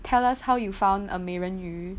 tell us how you found a 美人鱼